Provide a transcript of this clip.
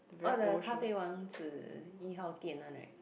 oh that one right 咖啡王子一号店